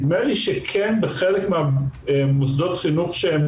נדמה לי שכן בחלק ממוסדות החינוך שהם